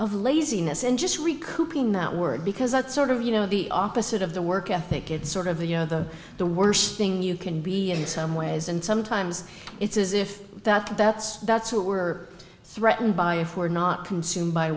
of laziness and just recuperating that word because that sort of you know the opposite of the work ethic it's sort of the you know the the worst thing you can be in some ways and sometimes it's as if that that's that's what we're threatened by if we're not consumed by